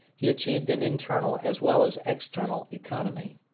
he achieved an internal as well as external economy.